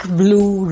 blue